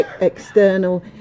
external